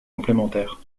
complémentaires